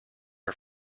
are